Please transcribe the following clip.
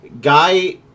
Guy